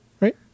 right